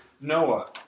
Noah